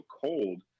cold